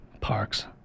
parks